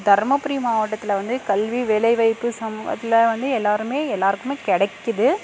தருமபுரி மாவட்டத்தில் வந்து கல்வி வேலைவாய்ப்ப்பு சமூகத்தில் வந்து எல்லோருமே எல்லோருக்குமே கிடைக்குது